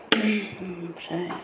ओमफ्राय